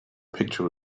picture